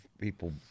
people